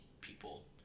people